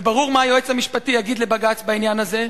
וברור מה היועץ המשפטי יגיד לבג"ץ בעניין הזה.